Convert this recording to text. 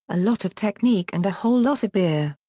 a lot of technique and a whole lot of beer!